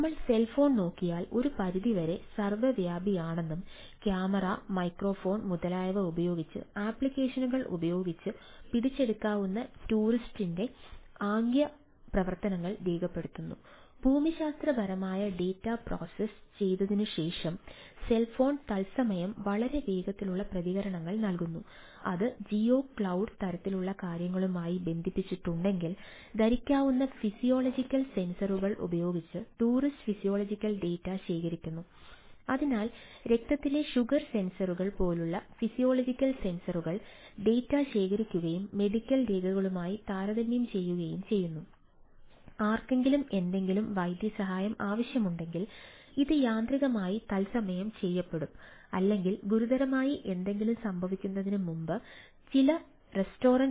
നമ്മൾ സെൽഫോൺ സംവിധാനങ്ങളുണ്ട്